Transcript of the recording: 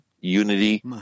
unity